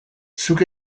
zuk